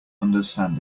understand